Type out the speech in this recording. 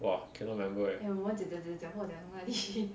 !wah! cannot remember leh